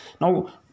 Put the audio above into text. Now